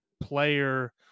player